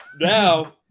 Now